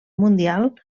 mundial